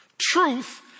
Truth